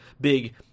big